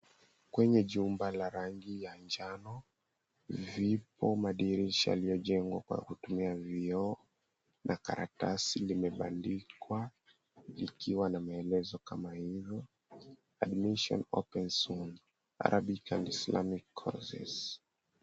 Kwenye jumba la rangi ya njano, vipo madirisha yaliyojengwa kwa kutumia vioo na karatasi limebandikwa likiwa na maelezo kama hivo, Admission Open Soon. Arabic and Islamic courses.